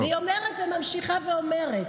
היא ממשיכה ואומרת: